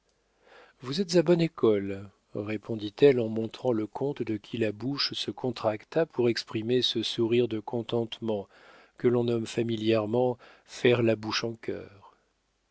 vous êtes à bonne école répondit-elle en montrant le comte de qui la bouche se contracta pour exprimer ce sourire de contentement que l'on nomme familièrement faire la bouche en cœur